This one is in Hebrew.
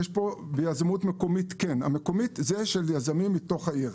יזמות מקומית זה של יזמים מתוך העיר.